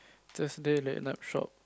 just later night shop